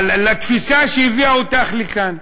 לתפיסה שהביאה אותך לכאן.